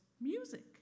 music